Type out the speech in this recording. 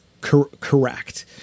Correct